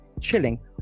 chilling